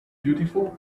beautiful